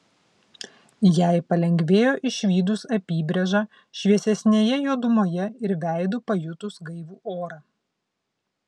jai palengvėjo išvydus apybrėžą šviesesnėje juodumoje ir veidu pajutus gaivų orą